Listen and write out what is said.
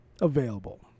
available